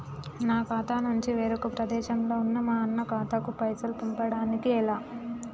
నా ఖాతా నుంచి వేరొక ప్రదేశంలో ఉన్న మా అన్న ఖాతాకు పైసలు పంపడానికి ఎలా?